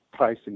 Pricing